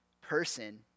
person